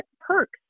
perks